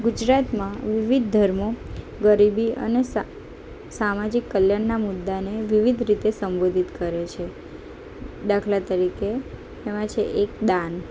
ગુજરાતમાં વિવિધ ધર્મો ગરીબી અને સામાજિક કલ્યાણના મુદ્દાને વિવિધ રીતે સંબોધિત કરે છે દાખલા તરીકે એમાં છે એક દાન